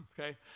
okay